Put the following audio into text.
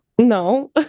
No